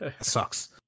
sucks